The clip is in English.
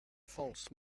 false